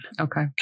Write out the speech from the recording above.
Okay